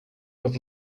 have